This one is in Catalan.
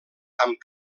amb